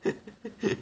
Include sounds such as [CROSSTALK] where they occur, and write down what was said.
[LAUGHS]